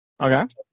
Okay